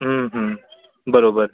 हं हं बरोबर